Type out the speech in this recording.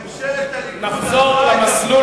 ממשלת הליכוד עצרה